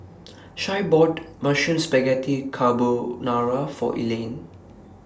Shae bought Mushroom Spaghetti Carbonara For Elaine